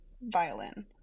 violin